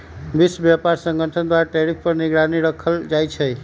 विश्व व्यापार संगठन द्वारा टैरिफ पर निगरानी राखल जाइ छै